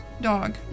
dog